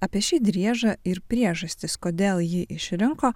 apie šį driežą ir priežastis kodėl jį išrinko